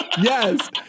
Yes